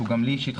שחשוב גם לי אישית,